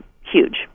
huge